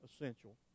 essential